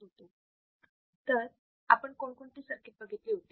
तर आपण कोण कोणती सर्किटस बघितली होती